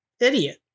idiot